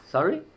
Sorry